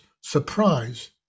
surprise